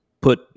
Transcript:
put –